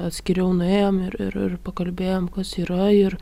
atskiriau nuėjom ir ir ir pakalbėjom kas yra ir